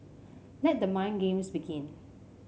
let the mind games begin